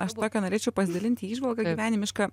aš tokia norėčiau pasidalinti įžvalga gyvenimiška